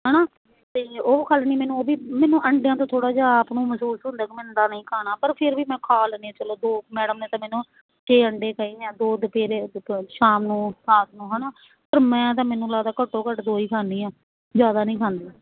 ਹੈ ਨਾ ਅਤੇ ਉਹ ਗੱਲ ਨਹੀਂ ਮੈਨੂੰ ਉਹ ਵੀ ਮੈਨੂੰ ਅੰਡਿਆਂ ਤੋਂ ਥੋੜ੍ਹਾ ਜਿਹਾ ਆਪ ਨੂੰ ਮਹਿਸੂਸ ਹੁੰਦਾ ਕਿ ਮੈਂ ਅੰਡਾ ਨਹੀਂ ਖਾਣਾ ਪਰ ਫਿਰ ਵੀ ਮੈਂ ਖਾ ਲੈਂਦੀ ਚਲੋ ਦੋ ਮੈਡਮ ਨੇ ਤਾਂ ਮੈਨੂੰ ਛੇ ਅੰਡੇ ਕਹੇ ਆ ਦੋ ਸਵੇਰੇ ਦੇ ਸ਼ਾਮ ਨੂੰ ਰਾਤ ਨੂੰ ਹੈ ਨਾ ਪਰ ਮੈਂ ਤਾਂ ਮੈਨੂੰ ਲੱਗਦਾ ਘੱਟੋ ਘੱਟ ਦੋ ਹੀ ਖਾਂਦੀ ਹਾਂ ਜ਼ਿਆਦਾ ਨਹੀਂ ਖਾਂਦੀ